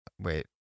Wait